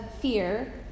fear